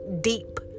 deep